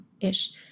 ish